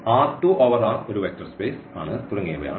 over R ഒരു vector space തുടങ്ങിയവയാണ്